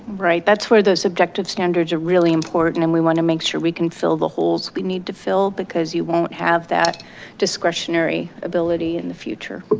right, that's where those objective standards are really important. and we want to make sure we can fill the holes we need to fill because you won't have that discretionary ability in the future. but